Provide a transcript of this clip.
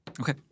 Okay